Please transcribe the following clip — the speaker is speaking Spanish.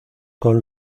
con